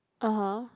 (uh huh)